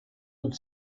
would